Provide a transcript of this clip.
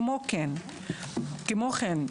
כמו כן,